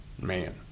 man